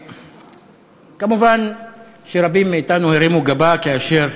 מובן שרבים מאתנו הרימו גבה כאשר